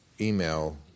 email